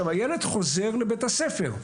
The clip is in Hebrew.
הילד חוזר לבית הספר.